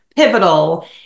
pivotal